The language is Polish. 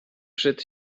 przed